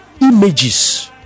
images